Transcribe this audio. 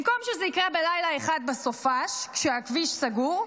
במקום שזה יקרה בלילה אחד בסופ"ש, כשהכביש סגור,